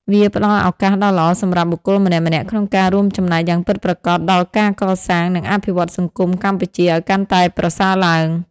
វាផ្ដល់ឱកាសដ៏ល្អសម្រាប់បុគ្គលម្នាក់ៗក្នុងការ រួមចំណែកយ៉ាងពិតប្រាកដដល់ការកសាង និងអភិវឌ្ឍន៍សង្គមកម្ពុជាឱ្យកាន់តែប្រសើរឡើង ។